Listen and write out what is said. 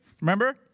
Remember